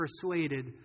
persuaded